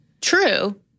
True